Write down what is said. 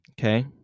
okay